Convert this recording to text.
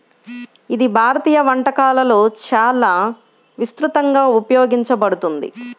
ఇది భారతీయ వంటకాలలో చాలా విస్తృతంగా ఉపయోగించబడుతుంది